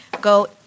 go